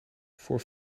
voor